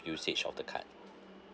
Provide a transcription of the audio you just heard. usage of the card